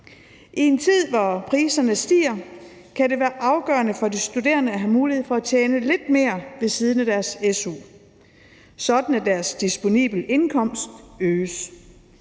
I en tid, hvor priserne stiger, kan det være afgørende for de studerende at have mulighed for at tjene lidt mere ved siden af deres su, sådan at deres disponible indkomst øges.